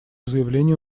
заявлению